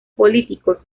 políticos